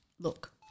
Look